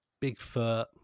Bigfoot